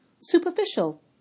superficial